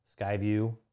Skyview